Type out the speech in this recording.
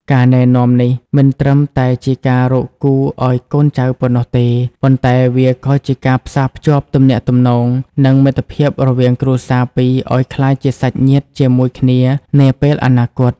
ការណែនាំនេះមិនត្រឹមតែជាការរកគូឱ្យកូនចៅប៉ុណ្ណោះទេ ប៉ុន្តែវាក៏ជាការផ្សារភ្ជាប់ទំនាក់ទំនង និងមិត្តភាពរវាងគ្រួសារពីរឱ្យក្លាយជាសាច់ញាតិជាមួយគ្នានាពេលអនាគត។